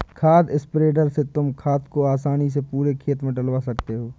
खाद स्प्रेडर से तुम खाद को आसानी से पूरे खेत में डलवा सकते हो